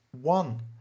one